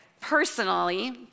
personally